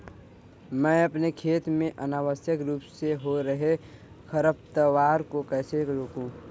मैं अपने खेत में अनावश्यक रूप से हो रहे खरपतवार को कैसे रोकूं?